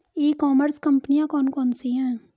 ई commerce कंपनियाँ कौन कौन सी हैं?